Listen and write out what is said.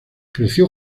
creció